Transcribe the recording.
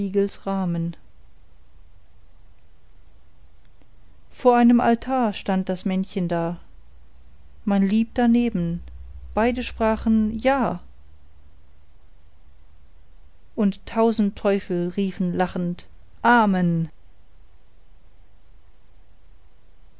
rahmen vor einem altar stand das männchen da mein lieb daneben beide sprachen ja und tausend teufel riefen lachend amen